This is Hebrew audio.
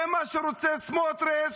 זה מה שרוצה סמוטריץ',